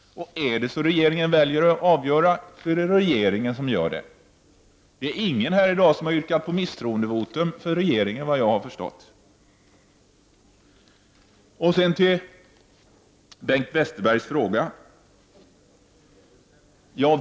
Det är upp till regeringen att välja i dag. Det är ingen här i dag som har yrkat på misstroendevotum mot regeringen, såvitt jag förstår. Så till Bengt Westerbergs fråga.